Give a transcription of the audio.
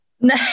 No